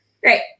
Great